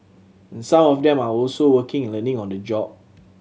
some of them are also working and learning on the job